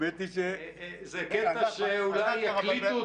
בהתאם לסעיף 19 לחוק הסמכת השב"כ משרד הבריאות מעביר